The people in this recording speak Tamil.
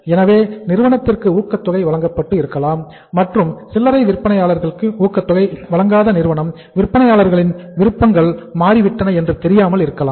எனவே நிறுவனத்திற்கு ஊக்கத் தொகை வழங்கப்பட்டு இருக்கலாம் மற்றும் சில்லறை விற்பனையாளர்களுக்கு ஊக்கத் தொகை வழங்காத நிறுவனம் விற்பனையாளர்களின் விருப்பங்கள் மாறிவிட்டன என்று தெரியாமல் இருக்கலாம்